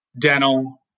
dental